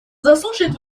заслушает